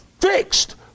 fixed